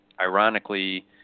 Ironically